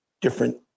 different